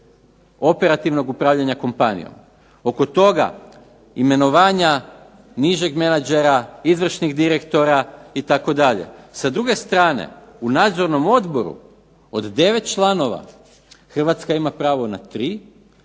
operativnog upravljanja kompanijom, oko toga imenovanja nižeg menadžera, izvršnih direktora itd. Sa druge strane u nadzornom odboru od 9 članova Hrvatska ima pravo na 3,